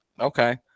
okay